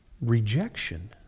rejection